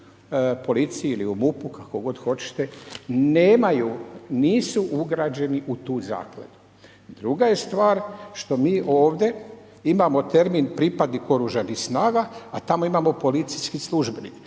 policiji ili u MUP-u, kako god hoćete, nemaju, nisu ugrađenu u tu zakladu. Druga je stvar što mi ovdje imamo termin „pripadnik OS-a“ a tamo imamo policijski službenik